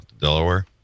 Delaware